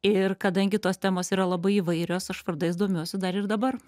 ir kadangi tos temos yra labai įvairios aš vardais domiuosi dar ir dabar